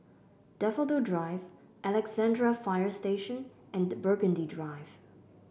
Daffodil Drive Alexandra Fire Station and Burgundy Drive